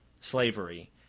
slavery